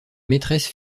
maîtresses